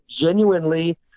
genuinely –